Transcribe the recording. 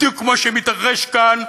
בדיוק כמו שמתרחש כאן,